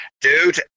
Dude